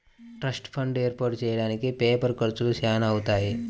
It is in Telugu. ట్రస్ట్ ఫండ్ ఏర్పాటు చెయ్యడానికి పేపర్ ఖర్చులు చానా అవుతాయి